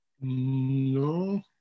no